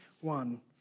one